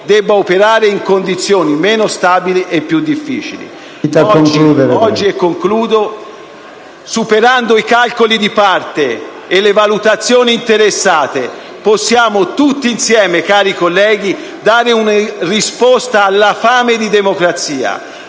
debba operare in condizioni meno stabili e più difficili». Oggi, e concludo, superando calcoli di parte e valutazioni interessate, possiamo tutti insieme, cari colleghi, dare una risposta alla fame di democrazia,